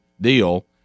deal